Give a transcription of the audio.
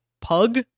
Pug